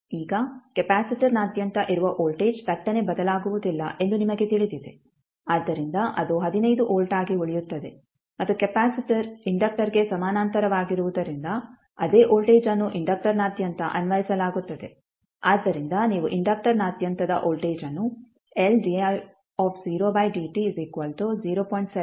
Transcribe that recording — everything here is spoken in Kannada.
ಈಗ ಕೆಪಾಸಿಟರ್ನಾದ್ಯಂತ ಇರುವ ವೋಲ್ಟೇಜ್ ಥಟ್ಟನೆ ಬದಲಾಗುವುದಿಲ್ಲ ಎಂದು ನಿಮಗೆ ತಿಳಿದಿದೆ ಆದ್ದರಿಂದ ಅದು 15 ವೋಲ್ಟ್ ಆಗಿ ಉಳಿಯುತ್ತದೆ ಮತ್ತು ಕೆಪಾಸಿಟರ್ ಇಂಡಕ್ಟರ್ಗೆ ಸಮಾನಾಂತರವಾಗಿರುವುದರಿಂದ ಅದೇ ವೋಲ್ಟೇಜ್ ಅನ್ನು ಇಂಡಕ್ಟರ್ನಾದ್ಯಂತ ಅನ್ವಯಿಸಲಾಗುತ್ತದೆ ಆದ್ದರಿಂದ ನೀವು ಇಂಡಕ್ಟರ್ನಾದ್ಯಂತದ ವೋಲ್ಟೇಜ್ ಅನ್ನು ಎಂದು ಬರೆಯಬಹುದು